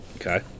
Okay